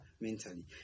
mentally